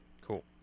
Cool